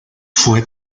fue